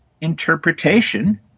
interpretation